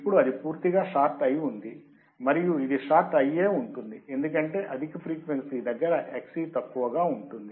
ఇప్పుడు అది పూర్తిగా షార్ట్ అయి ఉంది మరియు ఇది షార్ట్ అయ్యే ఉంటుంది ఎందుకంటే అధిక ఫ్రీక్వెన్సీ దగ్గర Xc తక్కువగా ఉంటుంది